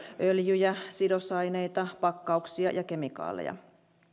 öljyjä sidosaineita pakkauksia ja kemikaaleja